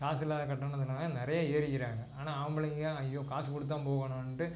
காசு இல்லாத கட்டணத்தினால நிறைய ஏறிக்கிறாங்க ஆனால் ஆம்பளைங்க ஐயோ காசு கொடுத்து தான் போகணும்ன்ட்டு